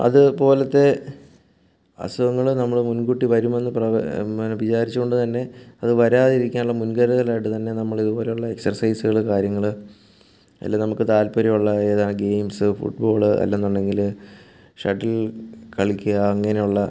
അത് പോലത്തെ അസുഖങ്ങൾ നമ്മൾ മുൻകൂട്ടി വരുമെന്ന് പ്രവ വിചാരിച്ചു കൊണ്ടു തന്നെ അത് വരാതിരിക്കാനുള്ള മുൻകരുതലായിട്ടു തന്നെ നമ്മളിതുപോലുള്ള എക്സ്ർസൈസുകൾ കാര്യങ്ങൾ അതിൽ നമുക്ക് താത്പര്യമുള്ള ഏതാ ഗെയിംസ് ഫുട് ബോൾ അല്ലെന്നുണ്ടെങ്കിൽ ഷട്ടിൽ കളിക്കുക അങ്ങനെയുള്ള